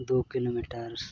kilometre